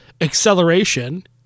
Acceleration